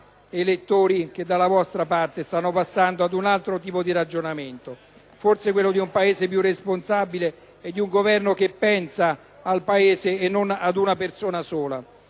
elettori che dalla vostra parte stanno passando ad un altro tipo di ragionamento. (Commenti dal Gruppo LNP). Forse, quello di un Paese piu responsabile e di un Governo che pensa al Paese e non ad una persona sola.